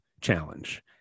challenge